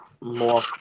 more